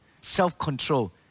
self-control